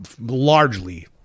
largely